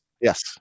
Yes